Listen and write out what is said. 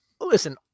Listen